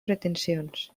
pretensions